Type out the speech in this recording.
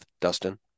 Dustin